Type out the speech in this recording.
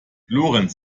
lorenz